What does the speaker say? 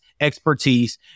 expertise